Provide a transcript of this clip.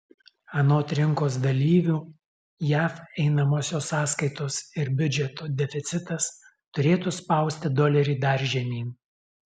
anot rinkos dalyvių jav einamosios sąskaitos ir biudžeto deficitas turėtų spausti dolerį dar žemyn